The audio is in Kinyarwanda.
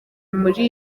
muri